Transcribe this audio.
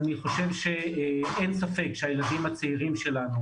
אני חושב שאין ספק שהילדים הצעירים שלנו